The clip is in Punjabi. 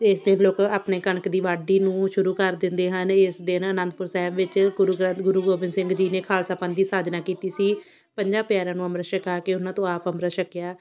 ਅਤੇ ਇਸ ਦਿਨ ਲੋਕ ਆਪਣੇ ਕਣਕ ਦੀ ਵਾਢੀ ਨੂੰ ਸ਼ੁਰੂ ਕਰ ਦਿੰਦੇ ਹਨ ਇਸ ਦਿਨ ਆਨੰਦਪੁਰ ਸਾਹਿਬ ਵਿੱਚ ਗੁਰੂ ਗ੍ਰੰਥ ਗੁਰੂ ਗੋਬਿੰਦ ਸਿੰਘ ਜੀ ਨੇ ਖਾਲਸਾ ਪੰਥ ਦੀ ਸਾਜਨਾ ਕੀਤੀ ਸੀ ਪੰਜਾਂ ਪਿਆਰਿਆਂ ਨੂੰ ਅੰਮ੍ਰਿਤ ਛਕਾ ਕੇ ਉਹਨਾਂ ਤੋਂ ਆਪ ਅੰਮ੍ਰਿਤ ਛਕਿਆ